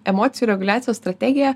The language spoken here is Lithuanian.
emocijų reguliacijos strategija